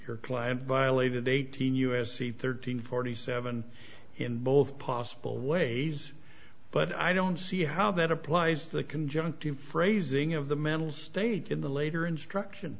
your client violated eighteen u s c thirteen forty seven him both possible ways but i don't see how that applies to the conjunctive phrasing of the member state in the later instruction